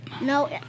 No